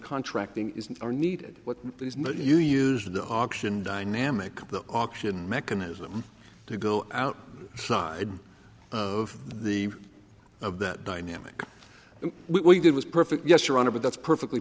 contracting are needed what you used the auction dynamic the auction mechanism to go out side of the of that dynamic we did was perfect yes your honor but that's perfectly